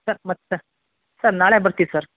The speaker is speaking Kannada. ಸರ್ ಮತ್ತೆ ಸರ್ ನಾಳೆ ಬರ್ತೀವಿ ಸರ್